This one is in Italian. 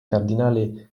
cardinale